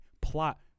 plot